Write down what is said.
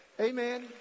Amen